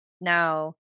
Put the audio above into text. now